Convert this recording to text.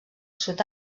sud